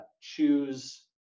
choose